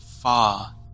far